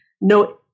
no